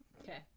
Okay